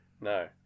No